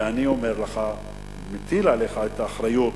ואני אומר לך ומטיל עליך את האחריות